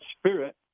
spirit